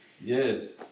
Yes